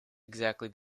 exactly